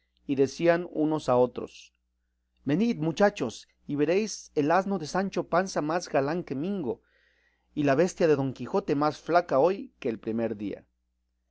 y decían unos a otros venid mochachos y veréis el asno de sancho panza más galán que mingo y la bestia de don quijote más flaca hoy que el primer día